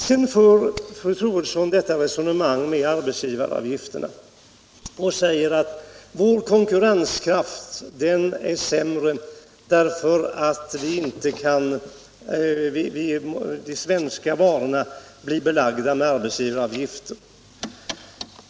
Sedan säger fru Troedsson om arbetsgivaravgifterna att vår konkurrenskraft är sämre därför att de svenska varorna beläggs med arbetsgivaravgifter.